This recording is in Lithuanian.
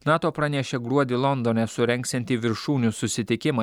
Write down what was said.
nato pranešė gruodį londone surengsianti viršūnių susitikimą